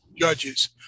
judges